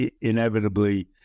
inevitably